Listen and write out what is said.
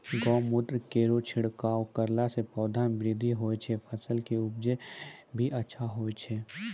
गौमूत्र केरो छिड़काव करला से पौधा मे बृद्धि होय छै फसल के उपजे भी अच्छा होय छै?